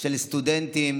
של סטודנטים